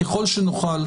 ככל שנוכל,